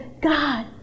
God